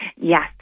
Yes